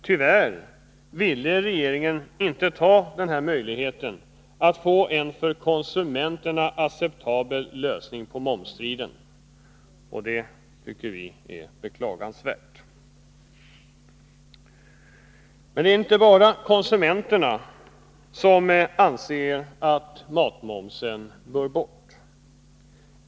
Tyvärr ville regeringen inte ta denna möjlighet att få en för konsumenterna acceptabel lösning på momsstriden, och det tycker jag är beklagansvärt. Men det är inte bara konsumenterna som anser att matmomsen bör bort.